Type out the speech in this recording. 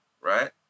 right